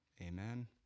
amen